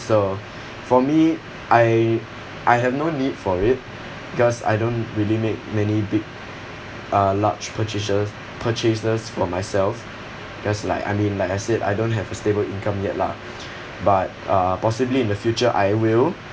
so for me I I have no need for it because I don't really make many big uh large purchases purchases for myself because like I mean like I said I don't have a stable income yet lah but uh possibly in the future I will